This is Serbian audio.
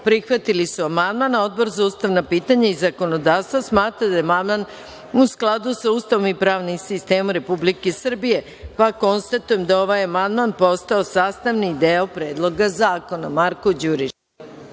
prihvatili su amandman, a Odbor za ustavna pitanja i zakonodavstvo smatra da je amandman u skladu sa Ustavom i pravnim sistemom Republike Srbije, pa konstatujem da je ovaj amandman postao sastavni deo Predloga zakona. Reč